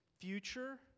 future